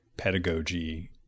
pedagogy